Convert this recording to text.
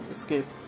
Escape